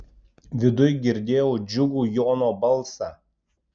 viduj girdėjau džiugų jono balsą